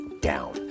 down